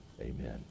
amen